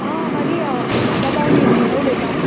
आ आरे दादा हांव निर्मला उलयतां